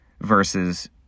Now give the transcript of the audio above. versus